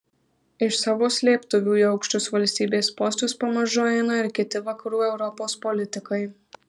iš savo slėptuvių į aukštus valstybės postus pamažu eina ir kiti vakarų europos politikai